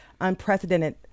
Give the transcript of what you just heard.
unprecedented